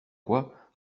quoi